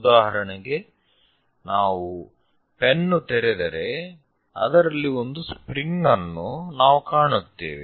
ಉದಾಹರಣೆಗೆ ನಾವು ಪೆನ್ನು ತೆರೆದರೆ ಅದರಲ್ಲಿ ಒಂದು ಸ್ಪ್ರಿಂಗ್ ಅನ್ನು ನಾವು ಕಾಣುತ್ತೇವೆ